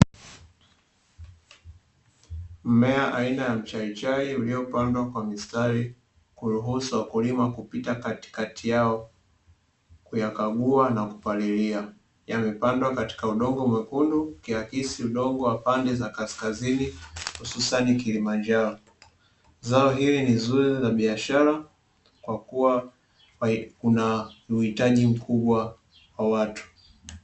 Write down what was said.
Mmea aina ya mchaichai uliopandwa kwa mistari kuruhusu wakulima kupita katikati yao kuyakagua na kupalilia. Yamepandwa katika udongo mwekundu ukiakisi udongo wa pande za kaskazini hususani kilimanjaro. Zao hili ni zuri la biashara kwa kuwa kuna uhitaji mkubwa wa watu.